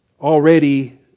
already